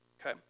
Okay